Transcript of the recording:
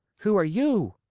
who are you?